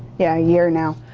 yeah a year now.